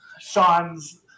Sean's